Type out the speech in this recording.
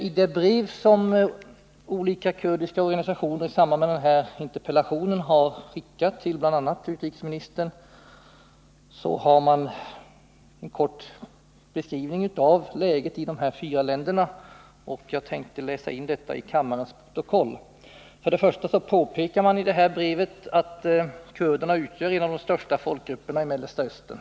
I ett brev som olika kurdiska organisationer i samband med denna interpellation har skickat bl.a. till utrikesministern gör man en kort beskrivning av läget i de här fyra olika länderna. Jag tänkte läsa in brevet i kammarens protokoll. Till att börja med påpekar man i brevet att kurderna utgör en av de största folkgrupperna i Mellersta Östern.